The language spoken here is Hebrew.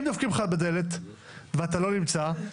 אם דופקים לך בדלת ואתה לא נמצא,